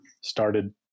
started